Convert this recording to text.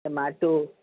tomato